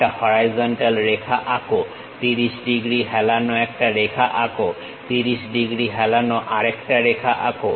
একটা হরাইজন্টাল রেখা আঁক 30 ডিগ্রী হেলানো একটা রেখা আঁক 30 ডিগ্রী হেলানো আরেকটা রেখা আঁক